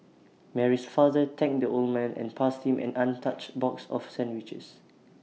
Mary's father thanked the old man and passed him an untouched box of sandwiches